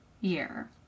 year